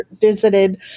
visited